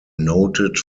noted